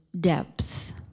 depth